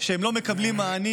שהם לא מקבלים מענים,